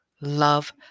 love